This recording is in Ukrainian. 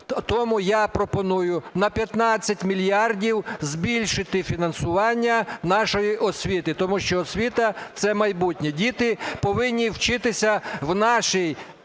Тому я пропоную на 15 мільярдів збільшити фінансування нашої освіти, тому що освіта – це майбутнє. Діти повинні вчитися в нашій